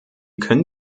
können